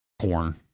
corn